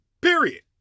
Period